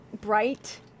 Bright